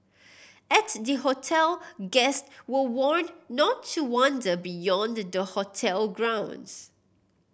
at the hotel guest were warned not to wander beyond the hotel grounds